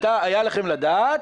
היה עליכם לדעת,